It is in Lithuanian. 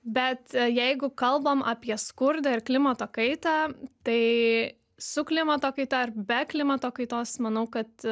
bet jeigu kalbam apie skurdą ir klimato kaitą tai su klimato kaita ar be klimato kaitos manau kad